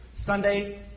Sunday